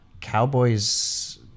cowboys